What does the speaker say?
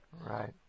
Right